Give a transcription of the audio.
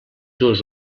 dues